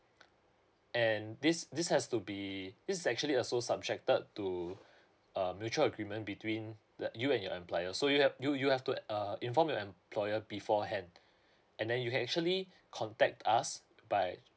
and this this has to be this is actually also subjected to uh mutual agreement between that you and your employer so you have you you have to uh inform your employer beforehand and then you can actually contact us by